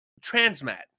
transmat